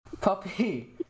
puppy